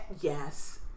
Yes